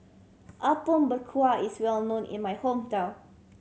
Apom Berkuah is well known in my hometown